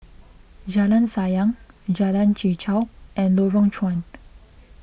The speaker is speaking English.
Jalan Sayang Jalan Chichau and Lorong Chuan